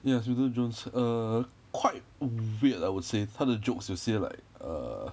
yes milton jones err quite weird I would say 他的 jokes 有些 like err